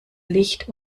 licht